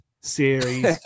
series